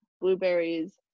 blueberries